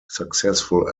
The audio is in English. successful